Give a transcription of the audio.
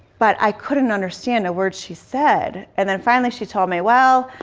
but i couldn't understand a word she said. and then finally she told me, well,